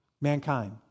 Mankind